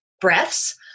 breaths